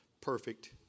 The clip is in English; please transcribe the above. perfect